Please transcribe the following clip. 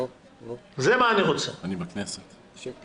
תודה